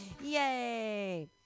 Yay